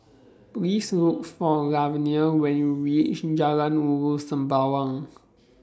Please Look For Lavenia when YOU REACH in Jalan Ulu Sembawang